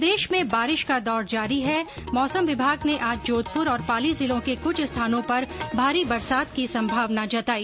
प्रदेश में बारिश का दौर जारी है मौसम विभाग ने आज जोधपुर और पाली जिलों के कुछ स्थानों पर भारी बरसात की संभावना जताई